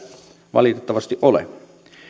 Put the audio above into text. valitettavasti ole